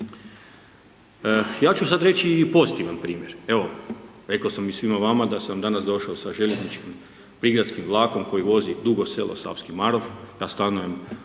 Ja ću sada reći i pozitivan primjer, evo rekao sam i svima vama da sam danas došao sa željezničkim prigradskim vlakom koji vozi Dugo Selo – Savski Marof, ja stanujem